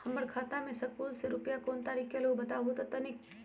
हमर खाता में सकलू से रूपया कोन तारीक के अलऊह बताहु त तनिक?